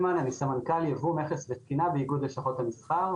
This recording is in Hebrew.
לעניין החשש שאולי הדברים לא מספיקים מבחינת התמריצים של אותו אדם,